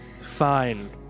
Fine